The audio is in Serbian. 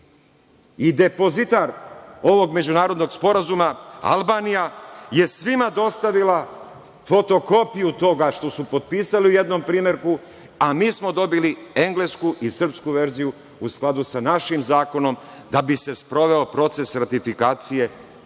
Depozitar ovog međunarodnog sporazuma - Albanija je svima dostavila fotokopiju toga što su potpisali u jednom primerku, a mi smo dobili englesku i srpsku verziju, u skladu sa našim zakonom, da bi se sproveo proces ratifikacije